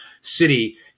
City